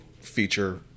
feature